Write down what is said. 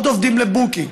עוד עובדים ל-Booking,